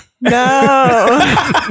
No